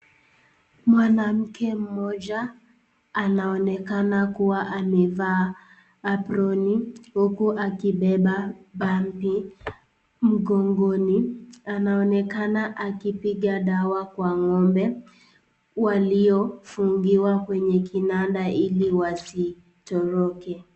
Mwanamke mmoja anaonekana kuwa amevaa aproni huku akibeba pampu mgongoni. Anaonekana akipiga dawa kwa ng'ombe waliofungiwa kwenye kinanda ili wasitoroke.